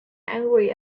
angry